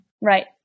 Right